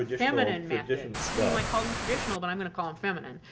yeah feminine methods. we might call them traditional, but i'm going to call them feminine,